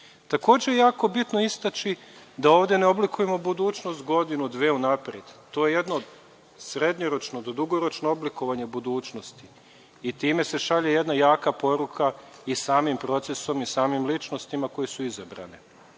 je jako bitno istaći da ovde ne oblikujemo budućnost godinu, dve unapred, ovo je jedno od srednjoročnog do dugoročnog oblikovanja budućnosti i time se šalje jedna jaka poruka i samim procesom i samim ličnostima koje su izabrane.